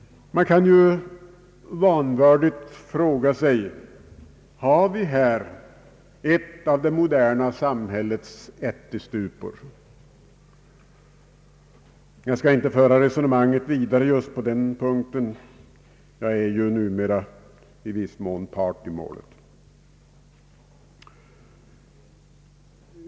Man kan ju vanvördigt fråga sig: Har vi här en av det moderna samhällets ättestupor? Jag skall inte föra resonemanget vidare just på den punkten — jag är ju numera i viss mån part i målet!